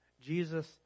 Jesus